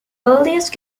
earliest